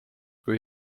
kui